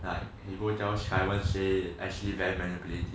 like he go tell simon say ashley very manipulative